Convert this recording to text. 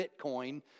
Bitcoin